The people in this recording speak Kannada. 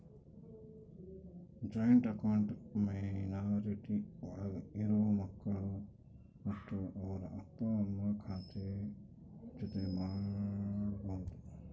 ಜಾಯಿಂಟ್ ಅಕೌಂಟ್ ಮೈನಾರಿಟಿ ಒಳಗ ಇರೋ ಮಕ್ಕಳು ಮತ್ತೆ ಅವ್ರ ಅಪ್ಪ ಅಮ್ಮ ಖಾತೆ ಜೊತೆ ಮಾಡ್ಬೋದು